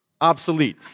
Obsolete